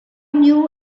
knew